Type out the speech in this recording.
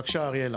בבקשה אריאלה.